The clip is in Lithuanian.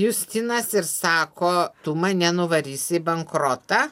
justinas ir sako tu mane nuvarysi į bankrotą